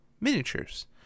miniatures